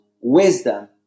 wisdom